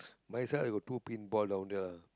my side I got two paintball down there lag